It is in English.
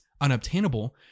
unobtainable